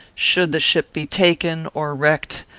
should the ship be taken or wrecked,